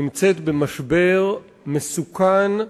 נמצאת במשבר מסוכן,